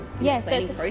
yes